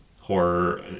horror